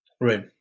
Right